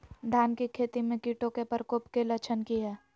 धान की खेती में कीटों के प्रकोप के लक्षण कि हैय?